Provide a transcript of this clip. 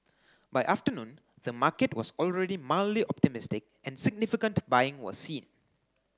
by afternoon the market was already mildly optimistic and significant buying was seen